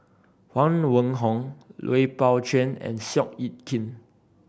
Huang Wenhong Lui Pao Chuen and Seow Yit Kin